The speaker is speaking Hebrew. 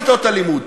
לא לכיתות הלימוד,